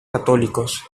católicos